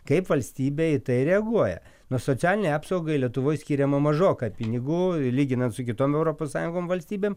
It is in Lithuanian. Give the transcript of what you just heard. kaip valstybė į tai reaguoja nu socialinei apsaugai lietuvoj skiriama mažokai pinigų lyginant su kitom europos sąjungos valstybėm